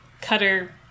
cutter